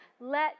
Let